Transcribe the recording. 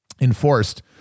enforced